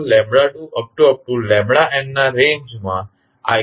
nના રેન્ઝમાં eigen values હશે